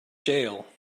jail